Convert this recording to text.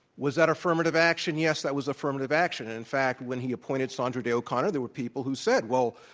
was that affirmative action? yes, that was affirmative action. and in fact, when he appointed sandra day o'connor, there were people who said, well,